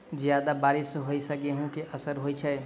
जियादा बारिश होइ सऽ गेंहूँ केँ असर होइ छै?